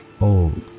old